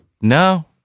no